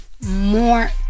more